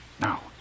Now